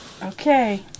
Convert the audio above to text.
Okay